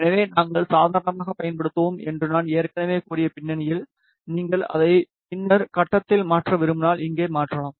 எனவே நாங்கள் சாதாரணமாகப் பயன்படுத்துவோம் என்று நான் ஏற்கனவே கூறிய பின்னணியில் நீங்கள் அதை பின்னர் கட்டத்தில் மாற்ற விரும்பினால் இங்கே மாற்றலாம்